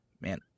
man